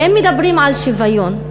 ואם מדברים על שוויון,